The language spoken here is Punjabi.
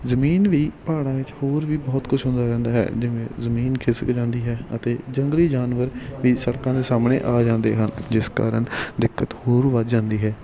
ਜਮੀਨ ਵੀ ਪਹਾੜਾਂ ਵਿੱਚ ਹੋਰ ਵੀ ਬਹੁਤ ਕੁਛ ਹੁੰਦਾ ਰਹਿੰਦਾ ਹੈ ਜਿਵੇਂ ਜਮੀਨ ਖਿਸਕ ਜਾਂਦੀ ਹੈ ਅਤੇ ਜੰਗਲੀ ਜਾਨਵਰ ਵੀ ਸੜਕਾਂ ਦੇ ਸਾਹਮਣੇ ਆ ਜਾਂਦੇ ਹਨ ਜਿਸ ਕਾਰਨ ਦਿੱਕਤ ਹੋਰ ਵੱਧ ਜਾਂਦੀ ਹੈ